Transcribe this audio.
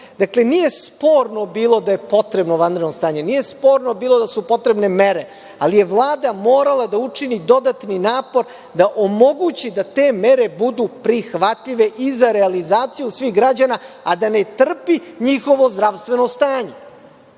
nije sporno bilo da je potrebno vanredno stanje, nije sporno bilo da su potrebne mere, ali je Vlada morala da učini dodatni napor da omogući da te mere budu prihvatljive i za realizaciju svih građana, a da ne trpi njihovo zdravstveno stanje. Dakle,